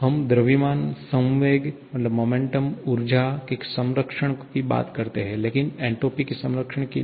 हम द्रव्यमान संवेग ऊर्जा के संरक्षण की बात करते हैं लेकिन एन्ट्रापी के संरक्षण की नहीं